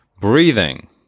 breathing